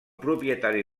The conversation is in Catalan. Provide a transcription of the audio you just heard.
propietari